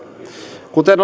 kuten